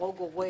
להרוג הורה